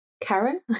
Karen